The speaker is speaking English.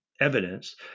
evidence